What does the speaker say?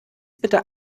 bitte